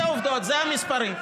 אלה העובדות, אלה המספרים.